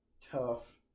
tough